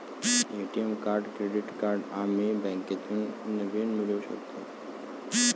ATM card credit card आम्ही बँकेतून नवीन मिळवू शकतो